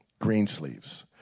Greensleeves